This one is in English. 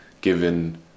given